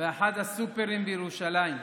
לשבת באחד הסופרים בירושלים.